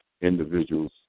individuals